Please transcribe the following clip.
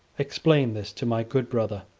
explain this to my good brother.